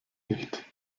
nicht